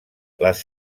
les